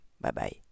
Bye-bye